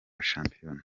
shampiyona